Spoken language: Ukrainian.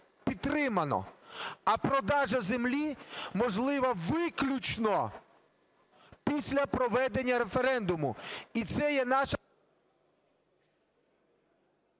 А продаж землі можливий виключно після проведення референдуму. І це є наша…